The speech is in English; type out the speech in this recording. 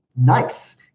nice